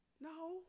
No